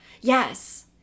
yes